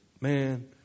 man